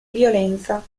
violenza